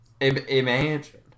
Imagine